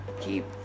keep